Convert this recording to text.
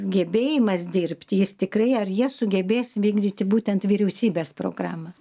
gebėjimas dirbti jis tikrai ar jie sugebės vykdyti būtent vyriausybės programą